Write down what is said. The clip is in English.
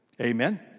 amen